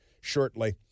shortly